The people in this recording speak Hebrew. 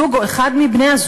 זוג או אחד מבני-הזוג,